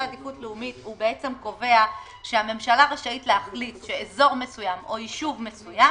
עדיפות לאומית בעצם קובע שהממשלה רשאית להחליט שאזור מסוים או ישוב מסוים